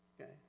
Okay